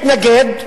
התנגד,